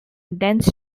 dense